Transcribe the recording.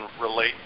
relate